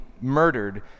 murdered